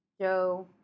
Joe